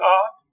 God